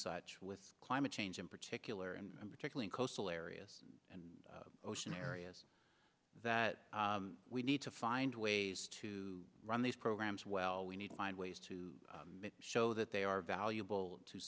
such with climate change in particular and particularly coastal areas and ocean areas that we need to find ways to run these programs well we need to find ways to show that they are valuable to